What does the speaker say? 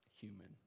human